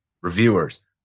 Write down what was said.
Reviewers